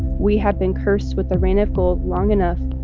we have been cursed with the rain of gold long enough.